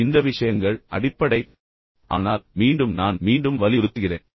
எனவே இந்த விஷயங்கள் அடிப்படை ஆனால் மீண்டும் நான் மீண்டும் வலியுறுத்துகிறேன்